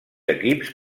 equips